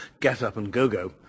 get-up-and-go-go